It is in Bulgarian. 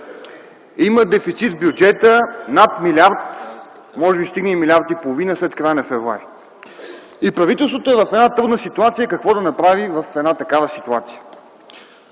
Има дефицит в бюджета над милиард, може би ще стигне милиард и половина след края на февруари. И правителството е в една трудна ситуация. Какво да направи в една такава ситуация?